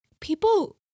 people